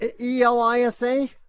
E-L-I-S-A